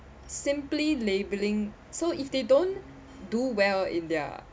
simply labeling so if they don't do well in their